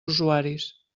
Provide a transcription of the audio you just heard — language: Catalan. usuaris